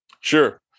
Sure